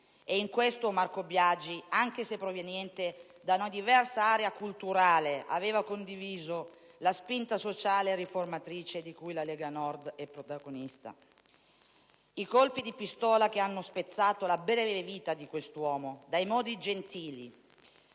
E in questo Marco Biagi, anche se proveniente da una diversa area culturale, aveva condiviso la spinta sociale e riformatrice di cui la Lega Nord è protagonista. I colpi di pistola che hanno spezzato la breve vita di questo uomo dai modi gentili,